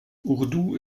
urdu